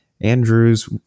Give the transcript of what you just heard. Andrew's